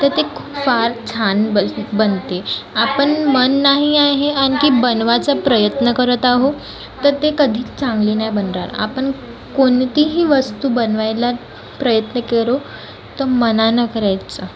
तर ते फार छान बन बनते आपण मन नाही आहे आणखी बनवायचा प्रयत्न करत आहो तर ते कधीच चांगली नाही बनणार आपण कोणतीही वस्तू बनवायला प्रयत्न करो तर मनानं करायचं